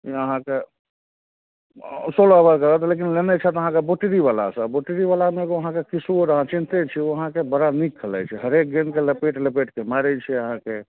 अहाँकेँ सोलह ओवर रहत लेकिन लेने छथि अहाँकेँ बोटरीवलासे बोटरीवलामे एगो अहाँकेँ किशोर अहाँ चिन्हतै छिए ओ अहाँकेँ बड़ा नीक खेलाइ छै हरेक गेन्दके लपेटि लपेटिके मारै छै अहाँकेँ